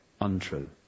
untrue